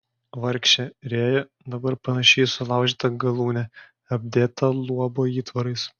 vargšė rėja dabar panaši į sulaužytą galūnę apdėtą luobo įtvarais